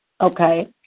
Okay